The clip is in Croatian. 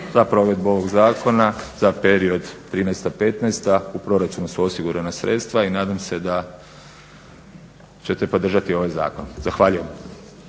za provedbu ovog zakona. Za period 2013.-2015. u proračunu su osigurana sredstva i nadam se da ćete podržati ovaj zakon. Zahvaljujem.